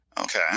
Okay